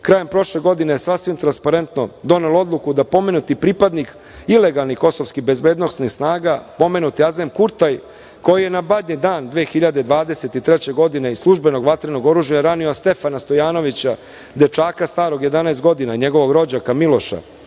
krajem prošle godine je sasvim transparentno donelo odluku da pomenuti pripadnik ilegalnih kosovskih bezbednosnih snaga, pomenuti Azem Kurtaj koji je na Badnji dan 2023. godine iz službenog vatrenog oružja ranio Stefana Stojanovića, dečaka starog 11 godina i njegovog rođaka Miloša,